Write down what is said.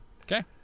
Okay